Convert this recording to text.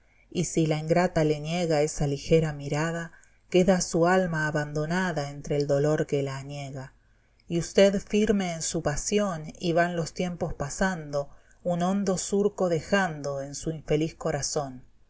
y si la ingrata le niega esa ligera mirada queda su alma abandonada entre el dolor que la aniega y usté firme en su pasión y van los tiempos pasando un hondo surco dejando en su infeliz corazón